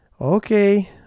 Okay